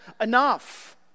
enough